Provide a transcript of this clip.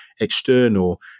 external